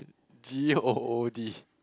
G O O D